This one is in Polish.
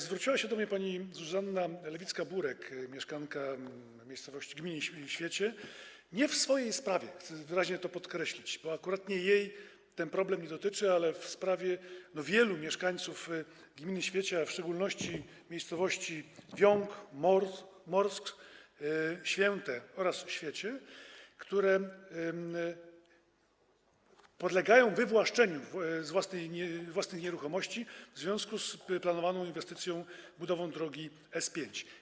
Zwróciła się do mnie pani Zuzanna Lewicka-Burek, mieszkanka gminy Świecie, nie w swojej sprawie, chcę wyraźnie to podkreślić, bo akurat jej ten problem nie dotyczy, ale w sprawie wielu mieszkańców gminy Świecie, a w szczególności miejscowości Wiąg, Morsk, Święte oraz Świecie, które podlegają wywłaszczeniu z nieruchomości w związku z planowaną inwestycją - budową drogi S5.